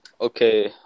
okay